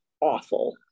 awful